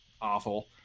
awful